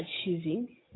achieving